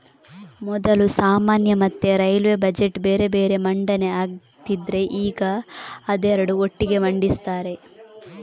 ಮೊದಲು ಸಾಮಾನ್ಯ ಮತ್ತೆ ರೈಲ್ವೇ ಬಜೆಟ್ ಬೇರೆ ಬೇರೆ ಮಂಡನೆ ಆಗ್ತಿದ್ರೆ ಈಗ ಅದೆರಡು ಒಟ್ಟಿಗೆ ಮಂಡಿಸ್ತಾರೆ